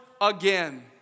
again